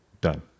done